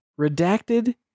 Redacted